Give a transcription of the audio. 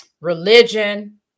religion